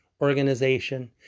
organization